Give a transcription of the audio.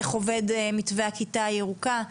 איך עובד מתווה הכיתה הירוקה.